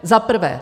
Za prvé.